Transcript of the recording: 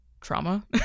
trauma